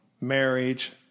marriage